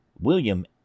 William